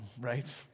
right